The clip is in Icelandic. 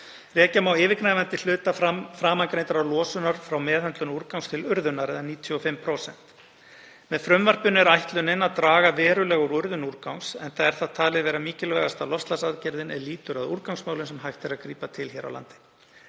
Rekja má yfirgnæfandi hluta framangreindrar losunar frá meðhöndlun úrgangs til urðunar, eða 95%. Með frumvarpinu er ætlunin að draga verulega úr urðun úrgangs enda er það talið vera mikilvægasta loftslagsaðgerðin er lýtur að úrgangsmálum sem hægt er að grípa til hér á landi.